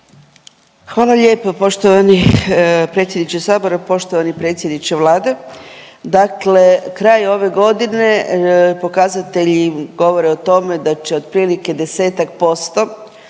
Hvala lijepo poštovani predsjedniče sabora. Poštovani predsjedniče Vlade, dakle kraj ove godine pokazatelji govore o tome da će otprilike 10-ak posto